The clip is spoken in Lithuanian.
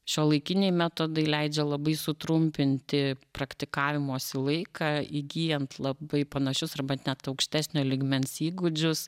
šiuolaikiniai metodai leidžia labai sutrumpinti praktikavimosi laiką įgyjant labai panašius arba net aukštesnio lygmens įgūdžius